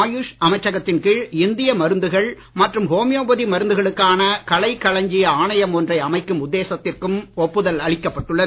ஆயுஷ் அமைச்சகத்தின் கீழ் இந்திய மருந்துகள் மற்றும் ஹோமியோபதி மருந்துகளுக்கான கலைக்களஞ்சிய ஆணையம் ஒன்றை அமைக்கும் உத்தேசத்திற்கும் ஒப்புதல் அளிக்கப்பட்டுள்ளது